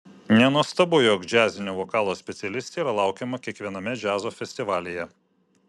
nenuostabu jog džiazinio vokalo specialistė yra laukiama kiekviename džiazo festivalyje